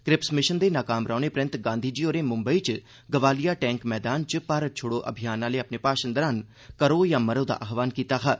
Cripps mission दे नाकाम रौहने परैन्त गांधीजी होरें मुंबई च गवालिया टैंक मैदान च भारत छोड़ो अभियान आह्ले अपने भाषण दौरान करो या मरो दा आहवान कीता हा